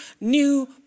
new